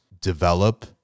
develop